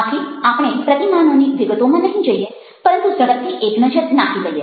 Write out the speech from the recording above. આથી આપણે પ્રતિમાનોની વિગતોમાં નહીં જઈએ પરંતુ ઝડપથી એક નજર નાંખી લઈએ